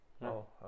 No